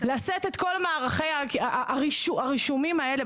ולשאת את כל מערכי הרישומים האלה.